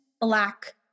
black